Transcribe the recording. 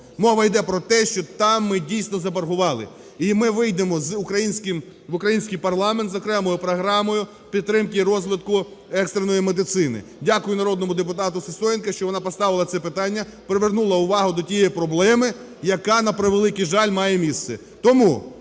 Мова йде про те, що там ми дійсно заборгували. І ми вийдемо в український парламент з окремою програмою підтримки і розвитку екстреної медицини. Дякую народному депутату Сисоєнко, що вона поставила це питання, привернула увагу до тієї проблеми, яка, на превеликий жаль, має місце.